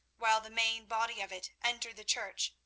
while the main body of it entered the church,